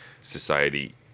society